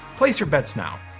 place your bets now.